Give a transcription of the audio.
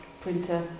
printer